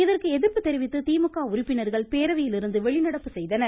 இதற்கு எதிர்ப்பு தெரிவித்து திமுக உறுப்பினர்கள் பேரவையிலிருந்து வெளிநடப்பு செய்தனர்